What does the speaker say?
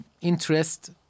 interest